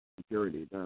security